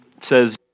says